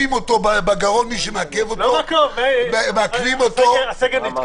זה לא שנותנים לו צו סגירה תוך 48 שעות, אלא יש לו